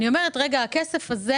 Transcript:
אני אומרת: הכסף הזה